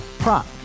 Prop